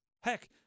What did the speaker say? Heck